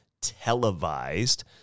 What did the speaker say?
televised